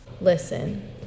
Listen